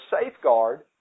safeguard